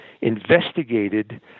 investigated